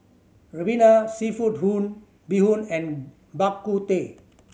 ribena seafood hoon bee hoon and Bak Kut Teh